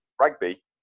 rugby